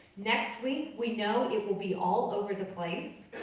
next week, we know it will be all over the place,